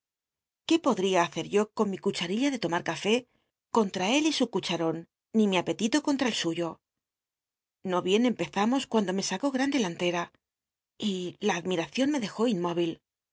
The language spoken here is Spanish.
tué podia hacer yo con mi cucharilla de lomar café conta él y su cucharon ni mi apetito contra el suyo l'io bien empezamos cuando me sacó gran dclanlcra y la admiacion me clcjó inmó